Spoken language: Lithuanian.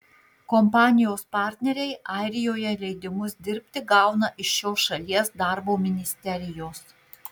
kompanijos partneriai airijoje leidimus dirbti gauna iš šios šalies darbo ministerijos